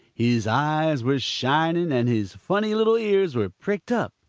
his eyes were shining, and his funny little ears were pricked up.